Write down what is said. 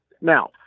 Now